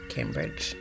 Cambridge